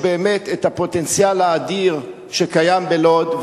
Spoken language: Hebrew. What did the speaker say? באמת את הפוטנציאל האדיר שקיים בלוד,